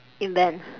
invent